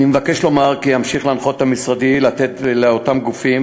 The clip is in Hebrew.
אני מבקש לומר כי אמשיך להנחות את משרדי לתת לאותם גופים